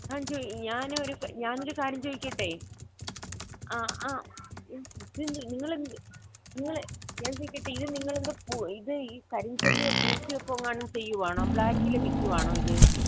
ഞാൻ ഒരു ഞാനൊരു കാര്യം ചോദിക്കട്ടെ അ അ നിങ്ങൾ എന്ത് നിങ്ങൾ ഞാൻ ചോദിക്കട്ടെ ഇത് നിങ്ങളെന്താ ഇത് ഈ കരിം ചന്തയോ പൂഴ്ത്തി വെപ്പ് എങ്ങാനും ചെയ്യുവാണോ ബ്ലാക്കിൽ വിൽക്കുവാണോ ഇത്